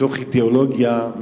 מתוך אידיאולוגיה,